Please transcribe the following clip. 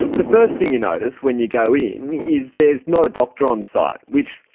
the first thing you notice when you go in is there's not a doctor on site, which,